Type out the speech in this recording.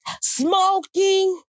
smoking